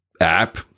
app